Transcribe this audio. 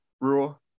rule